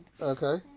Okay